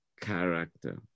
character